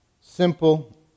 simple